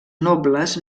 nobles